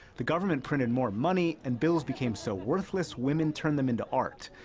the government printed more money, and bills became so worthless, women turned them into art.